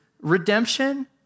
Redemption